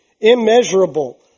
immeasurable